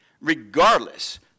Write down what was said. regardless